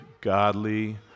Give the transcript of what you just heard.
godly